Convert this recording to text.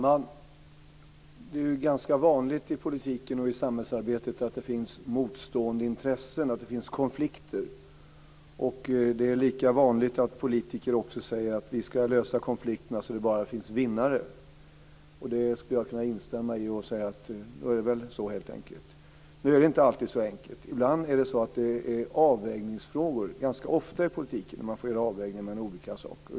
Fru talman! Det är ganska vanligt i politiken och i samhällsarbetet att det finns motstående intressen och att det finns konflikter. Det är lika vanligt att politiker också säger att man ska lösa konflikterna så att det bara blir vinnare. Det skulle jag kunna instämma i och säga att det helt enkelt är så. Nu är det inte alltid så enkelt. Ganska ofta i politiken är det avvägningsfrågor, och man får göra avvägningar mellan olika saker.